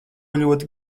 ļoti